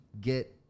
get